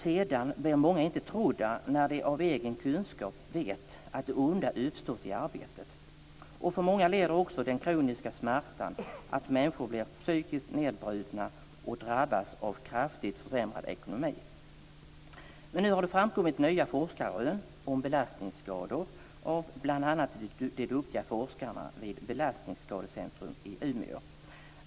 Sedan är det många som inte blir trodda när de av egen kunskap vet att det onda uppstått till följd av arbetet. För många leder också den kroniska smärtan till att de blir psykiskt nedbrutna och drabbas av kraftigt försämrad ekonomi. Men nu har det framkommit nya forskarrön om belastningsskador genom bl.a. de duktiga forskarna vid Belastningsskadecentrum i Umeå.